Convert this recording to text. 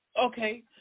Okay